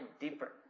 deeper